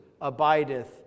abideth